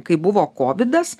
kaip buvo kovidas